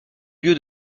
lieu